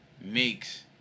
makes